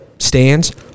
Stands